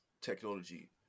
technology